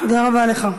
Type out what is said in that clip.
תודה רבה לך.